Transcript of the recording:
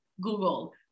Google